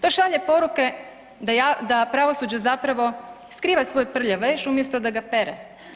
To šalje poruke da pravosuđe zapravo skriva svoj prljav veš umjesto da ga pere.